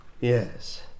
Yes